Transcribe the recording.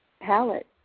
palette